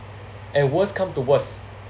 and worse come to worse